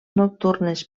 nocturnes